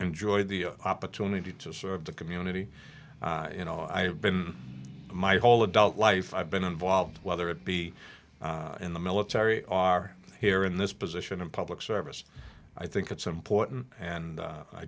enjoyed the opportunity to serve the community you know i been my whole adult life i've been involved whether it be in the military are here in this position of public service i think it's important and